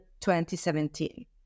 2017